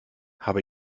habe